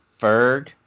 Ferg